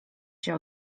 się